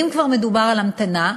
אם כבר מדובר על המתנה,